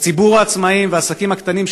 אז ציבור העצמאים והעסקים הקטנים,